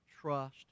trust